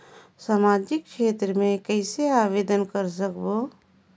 समाजिक क्षेत्र मे कइसे आवेदन कर सकबो?